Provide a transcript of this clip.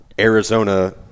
Arizona